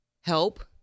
help